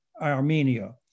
Armenia